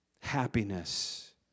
Happiness